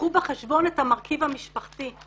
קחו בחשבון את המרכיב המשפחתי,